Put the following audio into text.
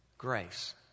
Grace